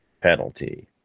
penalty